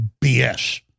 BS